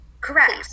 Correct